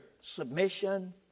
Submission